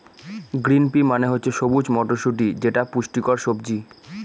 green pea মানে হচ্ছে সবুজ মটরশুটি যেটা পুষ্টিকর সবজি